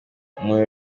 umuriro